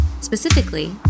Specifically